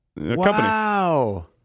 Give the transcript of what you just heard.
Wow